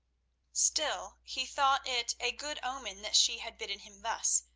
still he thought it a good omen that she had bidden him thus,